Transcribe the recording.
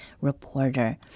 reporter